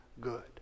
good